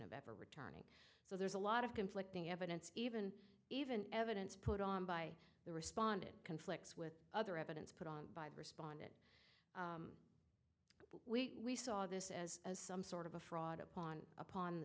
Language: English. of ever returning so there's a lot of conflicting evidence even even evidence put on by the responded conflicts with other evidence put on by the response we saw this as some sort of a fraud upon upon